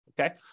Okay